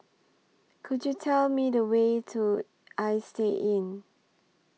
Could YOU Tell Me The Way to Istay Inn